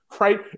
right